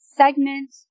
segment